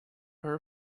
her